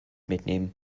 mitnehmen